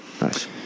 Nice